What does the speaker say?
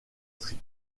street